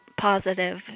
positive